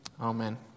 amen